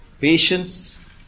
patience